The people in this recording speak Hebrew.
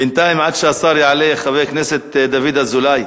בינתיים, עד שהשר יעלה, חבר הכנסת דוד אזולאי,